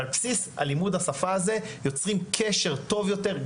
ועל בסיס לימוד השפה הזה יוצרים קשר טוב יותר,